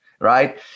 right